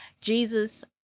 Jesus